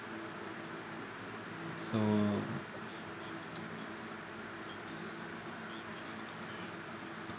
so